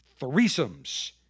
threesomes